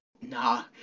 nah